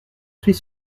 suis